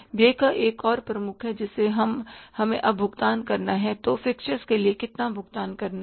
व्यय का एक और प्रमुख है जिसे हमें अब भुगतान करना है तो फिक्सचर्स के लिए कितना भुगतान करना है